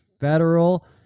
federal